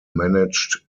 managed